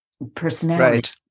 Personality